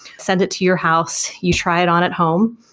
send it to your house, you try it on at home,